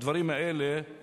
הדברים האלה הם